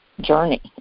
journey